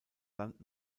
land